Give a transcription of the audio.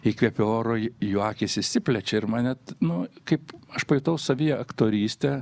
įkvepiu oro į jų akys išsiplečia ir man net nu kaip aš pajutau savyje aktorystę